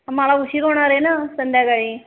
हां मला उशीर होणार आहे ना संध्याकाळी